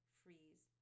freeze